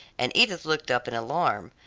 and edith looked up in alarm.